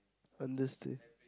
understand